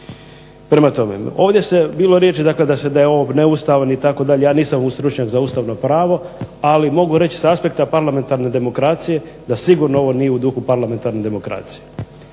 Prema tome ovdje se, bilo je riječi dakle da je ovo neustavno itd., ja nisam stručnjak za ustavno pravo, ali mogu reći s aspekta parlamentarne demokracije da sigurno ovo nije u duhu parlamentarne demokracije.